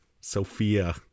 Sophia